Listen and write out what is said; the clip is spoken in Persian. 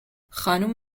خانم